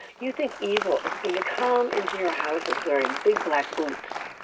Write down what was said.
you think evil is going to come into your houses wearing big black boots.